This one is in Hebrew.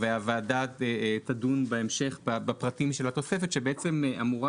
הוועדה תדון בפרטים של התוספת שאמורה